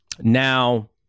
Now